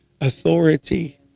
authority